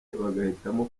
bagahitamo